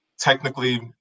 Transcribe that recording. technically